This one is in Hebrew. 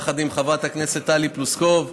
יחד עם חברת הכנסת טלי פלוסקוב.